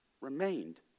remained